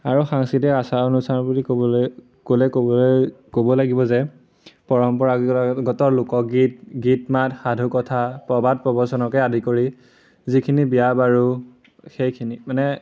আৰু সাংস্কৃতিক আচাৰ অনুচাৰ বুলি ক'বলৈ গ'লে ক'বলৈ ক'ব লাগিব যে পৰম্পৰাগত গীত লোকগীত গীত মাত সাধুকথা প্ৰবাদ প্ৰৱনকে আদি কৰি যিখিনি বিয়া বাৰু সেইখিনি মানে